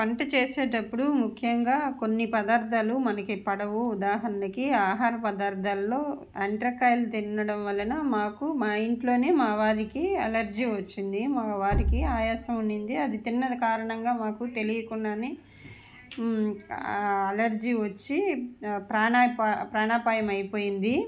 వంట చేసేటప్పుడు ముఖ్యంగా కొన్ని పదార్థాలు మనకి పడవు ఉదాహరణకి ఆహార పదార్థాల్లో ఎండ్రకాయలు తినడం వలన మాకు మా ఇంట్లోనే మా వారికి అలర్జీ వచ్చింది మా వారికి ఆయాసం ఉండింది అది తిన్న కారణంగా మాకు తెలియకుండానే అలర్జీ వచ్చి ప్రాణాయపా ప్రాణాపాయం అయిపోయింది